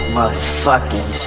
motherfucking